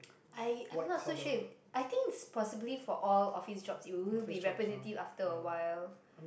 I I'm not so sure I think it's possibly for all office jobs it will be repetitive after awhile